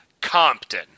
Compton